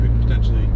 potentially